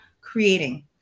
creating